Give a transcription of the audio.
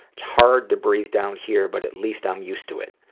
it's hard to breathe down here but at least i'm used to it.